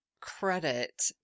credit